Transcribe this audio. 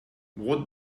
what